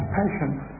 patience